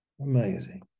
Amazing